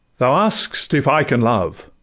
thou ask'st if i can love?